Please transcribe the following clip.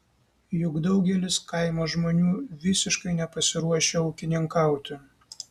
juk daugelis kaimo žmonių visiškai nepasiruošę ūkininkauti